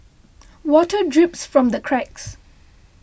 water drips from the cracks